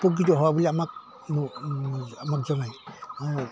উপকৃত হোৱা বুলি আমাক মোক আমাক জনায়